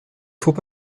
faut